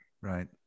right